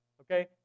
okay